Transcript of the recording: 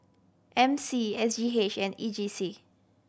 M C S G H and E J C